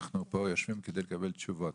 אנחנו פה יושבים כדי לקבל תשובות.